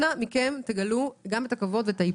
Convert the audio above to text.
אנא תגלו את הכבוד ואת האיפוק.